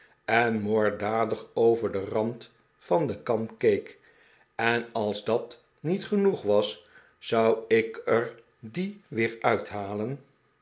en moorddadig over den rand van de kan keek en als dat niet genoeg was zou ik er dien weer uithalen